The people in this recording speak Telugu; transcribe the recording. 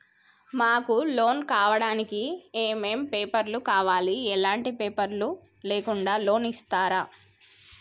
మాకు లోన్ కావడానికి ఏమేం పేపర్లు కావాలి ఎలాంటి పేపర్లు లేకుండా లోన్ ఇస్తరా?